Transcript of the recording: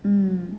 mm